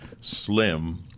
slim